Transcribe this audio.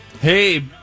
Hey